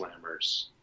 slammers